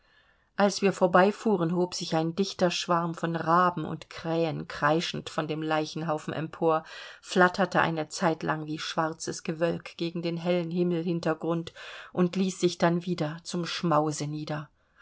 als wir vorbeifuhren hob sich ein dichter schwarm von raben und krähen kreischend von dem leichenhaufen empor flatterte eine zeit lang wie schwarzes gewölk gegen den hellen himmelhintergrund und ließ sich dann wieder zum schmause nieder